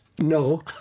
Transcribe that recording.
No